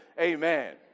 amen